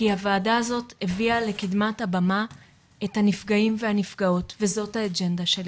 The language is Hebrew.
כי הוועדה הזאת הביאה לקדמת הבמה את הנפגעים והנפגעות וזאת האג'נדה שלי.